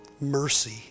mercy